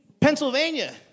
Pennsylvania